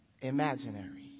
imaginary